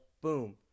boom